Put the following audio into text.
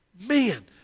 man